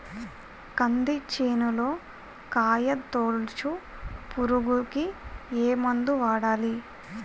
కంది చేనులో కాయతోలుచు పురుగుకి ఏ మందు వాడాలి?